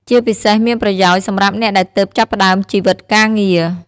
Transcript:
ជាពិសេសមានប្រយោជន៍សម្រាប់អ្នកដែលទើបចាប់ផ្ដើមជីវិតការងារ។